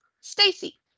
Stacy